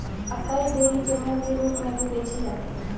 acai berries जमे हुए रूप में भी बेची जाती हैं